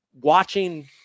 Watching